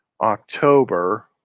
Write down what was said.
October